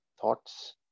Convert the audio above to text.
thoughts